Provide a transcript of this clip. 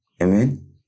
Amen